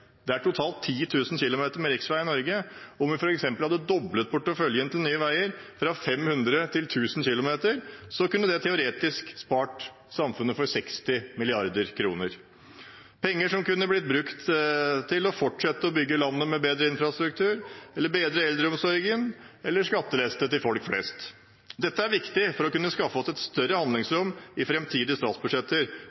Det er totalt 10 000 km riksveier i Norge, og om vi f.eks. hadde doblet porteføljen til Nye Veier fra 500 til 1 000 km, kunne det teoretisk spart samfunnet for 60 mrd. kr, penger som kunne blitt brukt til å fortsette å bygge landet med bedre infrastruktur, eller bedre eldreomsorg, eller med skattelette til folk flest. Dette er viktig for å kunne skaffe oss et større